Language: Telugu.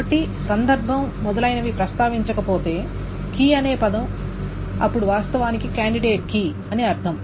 కాబట్టి సందర్భం మొదలైనవి ప్రస్తావించకపోతే కీ అనే పదం అప్పుడు వాస్తవానికి కాండిడేట్ కీ అని అర్ధం